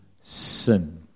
sin